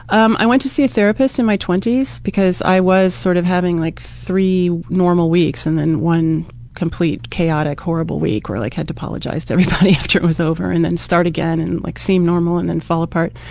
um i went to see a therapist in my twenty s because i was sort of like having like three normal weeks and then one complete chaotic horrible week where i like had to apologize to everybody after it was over and then start again. and like seem normal and then fall apart.